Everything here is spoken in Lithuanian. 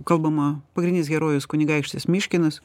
kalbama pagrindinis herojus kunigaikštis miškinas